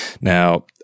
Now